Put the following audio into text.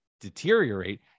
Deteriorate